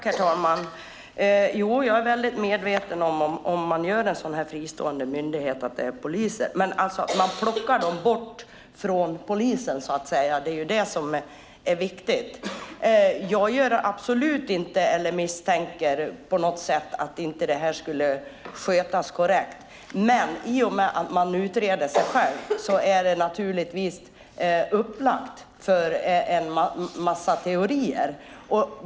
Herr talman! Jo, jag är väldigt medveten om att om man gör en sådan här fristående myndighet så är det ändå poliser. Men man plockar dem så att säga bort från polisen, och det är det som är viktigt. Jag misstänker absolut inte på något sätt att inte det här skulle skötas korrekt, men i och med att man utreder sig själv är det naturligtvis upplagt för en massa teorier.